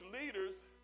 leaders